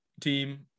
team